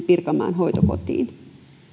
pirkanmaan hoitokotiin